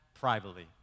privately